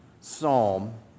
psalm